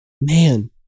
Man